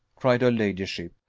cried her ladyship.